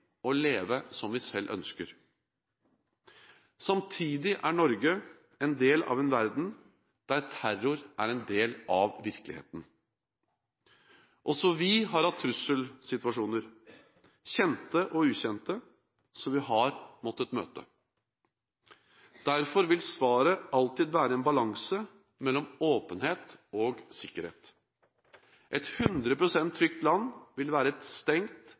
og leve som vi selv ønsker. Samtidig er Norge en del av en verden der terror er en del av virkeligheten. Også vi har hatt trusselsituasjoner, kjente og ukjente, som vi har måttet møte. Derfor vil svaret alltid være en balanse mellom åpenhet og sikkerhet. Et 100 pst. trygt land vil være et stengt,